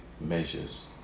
measures